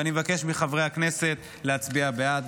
אני מבקש מחברי הכנסת להצביע בעד.